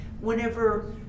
Whenever